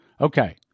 Okay